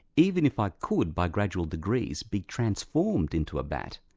even if i could by gradual degrees be transformed into a bat,